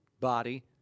body